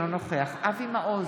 אינו נוכח אבי מעוז,